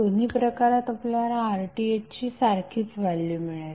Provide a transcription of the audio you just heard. दोन्ही प्रकारात आपल्याला RThची सारखीच व्हॅल्यू मिळेल